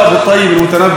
על כן, החתול הזה,